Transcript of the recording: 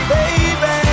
Baby